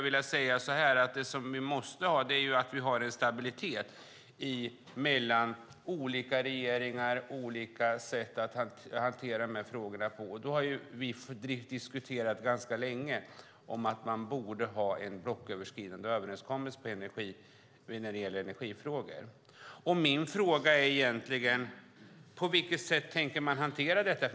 Vi måste ha en stabilitet mellan olika regeringar och olika sätt att hantera dessa frågor på, och vi har länge diskuterat att man borde ha en blocköverskridande överenskommelse när det gäller energifrågor. På vilket sätt tänker regeringen hantera detta?